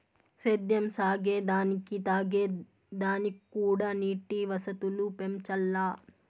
సేద్యం సాగే దానికి తాగే దానిక్కూడా నీటి వసతులు పెంచాల్ల